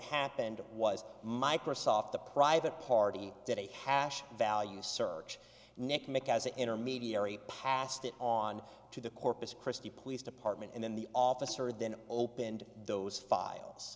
happened was microsoft the private party did a hash value search nicknack as an intermediary passed it on to the corpus christi police department and then the officer then opened those files